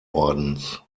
ordens